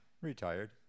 Retired